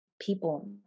People